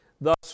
Thus